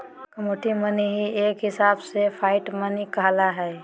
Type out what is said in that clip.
commodity money ही एक हिसाब से फिएट मनी कहला हय